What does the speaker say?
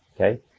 okay